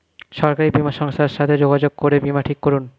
সরকারি বীমা সংস্থার সাথে যোগাযোগ করে বীমা ঠিক করুন